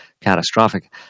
catastrophic